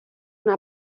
una